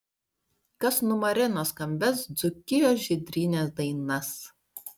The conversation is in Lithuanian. kas numarino skambias dzūkijos žydrynės dainas